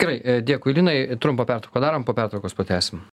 gerai dėkui linai trumpą pertrauką padarom po pertraukos pratęsim